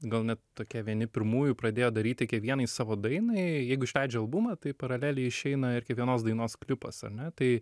gal net tokie vieni pirmųjų pradėjo daryti kiekvienai savo dainai jeigu išleidžia albumą tai paraleliai išeina ir kiekvienos dainos klipas ar ne tai